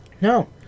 No